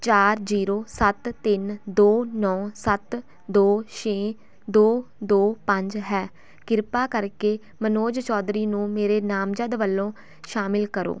ਚਾਰ ਜੀਰੋ ਸੱਤ ਤਿੰਨ ਦੋ ਨੌਂ ਸੱਤ ਦੋ ਛੇ ਦੋ ਦੋ ਪੰਜ ਹੈ ਕਿਰਪਾ ਕਰਕੇ ਮਨੋਜ ਚੌਧਰੀ ਨੂੰ ਮੇਰੇ ਨਾਮਜਦ ਵਲੋਂ ਸ਼ਾਮਿਲ ਕਰੋ